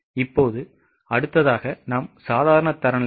இப்போது அடுத்தது சாதாரண தரநிலைகள்